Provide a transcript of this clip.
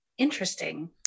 interesting